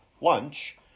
lunch